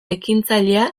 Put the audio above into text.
ekintzailea